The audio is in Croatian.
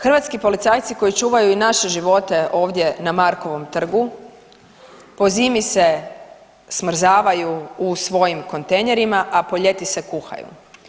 Hrvatski policajci koji čuvaju i naše živote ovdje na Markovom trgu po zimi se smrzavaju u svojim kontejnerima, a po ljeti se kuhaju.